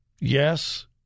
Yes